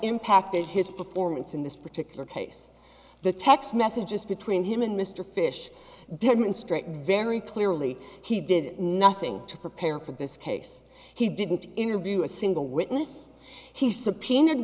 impacted his performance in this particular case the text messages between him and mr fyshe demonstrate very clearly he did nothing to prepare for this case he didn't interview a single witness he subpoenaed